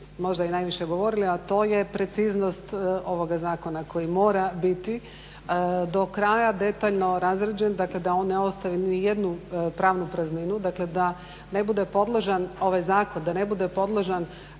možda i najviše govorili a to je preciznost ovoga Zakona koji mora biti do kraja detaljno razrađen, dakle, da on ne ostavi niti jednu pravnu prazninu. Da ne bude podložan, ovaj Zakon da ne bude podložan